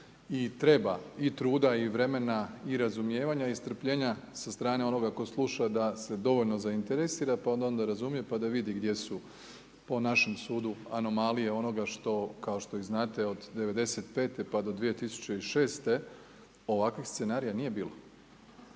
I treba i truda i vremena i razumijevanja i strpljenja sa strane onoga tko sluša da se dovoljno zainteresira pa onda da razumije pa da vidi gdje su po našem sudu anomalije onoga što, kao što i znate od '95. pa do 2006. ovakvih scenarija nije bilo,